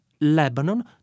Lebanon